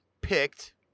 picked